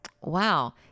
wow